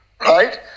right